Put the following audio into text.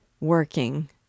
Working